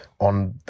on